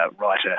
writer